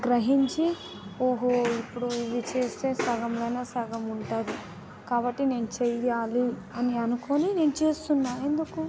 గ్రహించి ఓహో ఇప్పుడు ఇది చేస్తే సగంలోనైనా సగం ఉంటుంది కాబట్టి నేనే చేయాలి అని అనుకొని నేను చేస్తున్నాను ఎందుకు